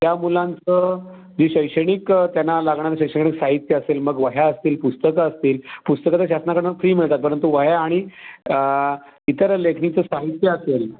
त्या मुलांचं जे शैक्षणिक त्यांना लागणारं शैक्षणिक साहित्य असेल मग वह्या असतील पुस्तकं असतील पुस्तकं तर शासनाकडून फ्री मिळतात परंतु वह्या आणि इतर लेखणीचं साहित्य असेल